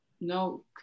no